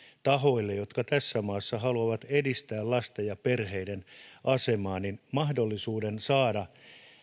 tahoille jotka tässä maassa haluavat edistää lasten ja perheiden asemaa mahdollisuuden saada